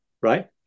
right